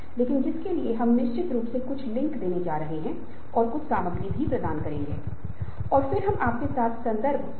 भारतीय मनोवैज्ञानिक दार्शनिक प्रणालियों के साथ साथ फ्रायडियन प्रणालियों में प्रेरणा खुशी प्राप्त करने और दर्द से बचने के लिए कोई चीज़ है